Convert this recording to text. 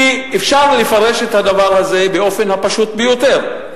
כי אפשר לפרש את הדבר הזה באופן הפשוט ביותר: